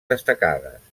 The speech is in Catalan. destacades